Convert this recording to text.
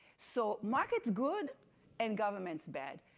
so market's good and government's bad.